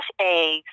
eggs